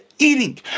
Eating